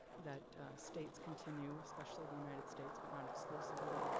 that states continue, especially the united states, but not exclusively,